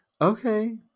Okay